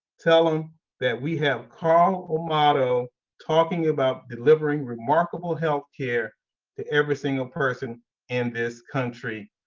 tell him that we have carl armato talking about delivering remarkable healthcare to every single person in this country.